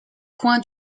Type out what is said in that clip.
coin